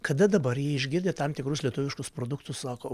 kada dabar jie išgirdę tam tikrus lietuviškus produktus sako